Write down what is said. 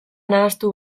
nahastu